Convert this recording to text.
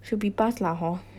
should be pass lah hor